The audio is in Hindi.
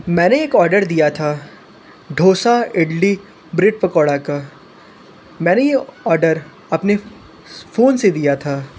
मैंने एक ऑर्डर दिया था डोसा इडली ब्रेड पकोड़ा का मैंने ये ऑर्डर अपने फ़ोन से दिया था